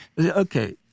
okay